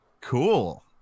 Cool